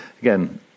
Again